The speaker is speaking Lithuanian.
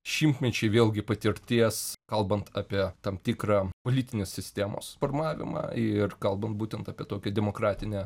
šimtmečiai vėlgi patirties kalbant apie tam tikrą politinės sistemos formavimą ir kalbant būtent apie tokią demokratinę